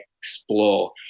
explore